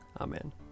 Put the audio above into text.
Amen